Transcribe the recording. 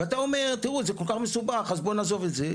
ואתה אומר תראו זה כל כך מסובך אז בוא נעזוב את זה.